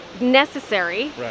necessary